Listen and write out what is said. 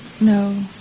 No